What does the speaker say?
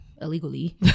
illegally